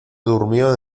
durmió